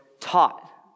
taught